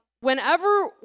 whenever